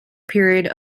period